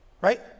Right